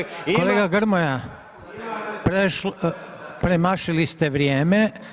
Kolega Grmoja, premašili ste vrijeme.